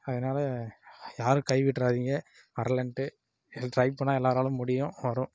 அதனால யாரும் கைவிட்டுறாதீங்க வரலன்ட்டு டிரை பண்ணா எல்லோராலும் முடியும் வரும்